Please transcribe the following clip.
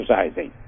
exercising